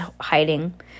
hiding